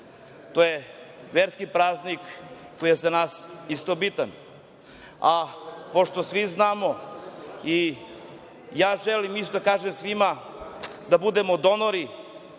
To je verski praznik koji je za nas isto bitan. Pošto svi znamo i želim isto da kažem svima da budemo donori,